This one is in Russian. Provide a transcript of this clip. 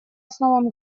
основам